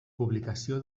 publicació